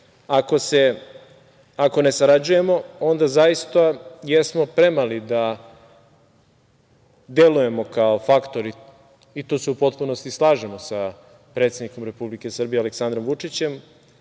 ne sarađujemo, onda zaista jesmo premali da delujemo kao faktori i tu se u potpunosti slažemo sa predsednikom Republike Srbije Aleksandrom Vučićem,